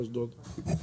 באשדוד.